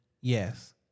yes